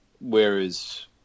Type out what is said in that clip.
whereas